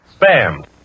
Spam